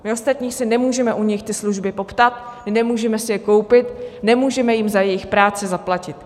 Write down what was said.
My ostatní si nemůžeme u nich ty služby poptat, nemůžeme si je koupit, nemůžeme jim za jejich práci zaplatit.